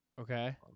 Okay